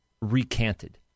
recanted